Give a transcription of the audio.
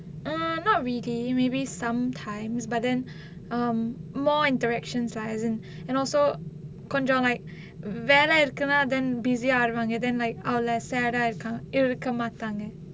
hmm not really maybe sometimes but then um more interaction lah isn't and also கொஞ்சோ:konjo like hmm வேல இருக்குனா:vela irukkunaa then busy ஆவிருவாங்க:aaviruvaanga then like அவ்வள:avvala sad ah இருக்கும் இருக்க மாட்டாங்க:irukkum irukka maattaanga